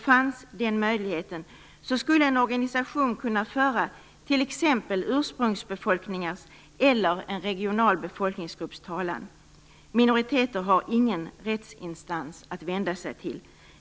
Fanns den möjligheten skulle en organisation kunna föra t.ex. ursprungsbefolkningens eller en regional befolkningsgrupps talan. Minoriteter har ingen rättsinstans att vända sig till.